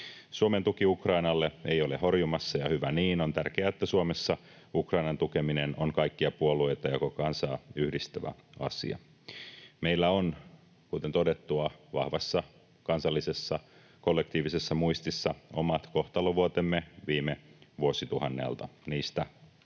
Suomen tuki Ukrainalle ei ole horjumassa, ja hyvä niin. On tärkeää, että Suomessa Ukrainan tukeminen on kaikkia puolueita ja koko kansaa yhdistävä asia. Meillä on, kuten todettua, vahvassa kansallisessa kollektiivisessa muistissa omat kohtalonvuotemme viime vuosituhannelta. Niistä nousee